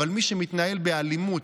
אבל מי שמתנהל באלימות,